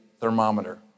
thermometer